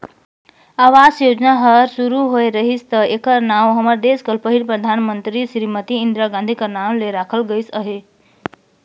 आवास योजना हर सुरू होए रहिस ता एकर नांव हमर देस कर पहिल महिला परधानमंतरी सिरीमती इंदिरा गांधी कर नांव ले राखल गइस अहे